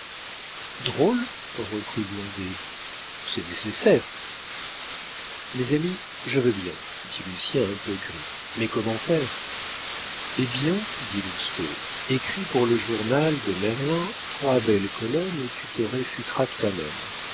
reprit blondet c'est nécessaire mes amis je veux bien dit lucien un peu gris mais comment faire eh bien dit lousteau écris pour le journal de merlin trois belles colonnes où tu te réfuteras toi-même